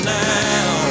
now